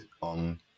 on